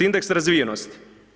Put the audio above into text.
Indeks razvijenosti.